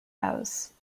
house